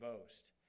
boast